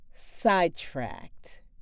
sidetracked